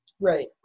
Right